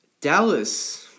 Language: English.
Dallas